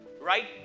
right